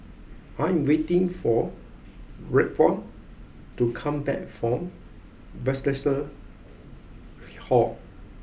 I am waiting for Raekwon to come back from Bethesda Hall